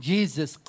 Jesus